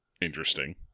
interesting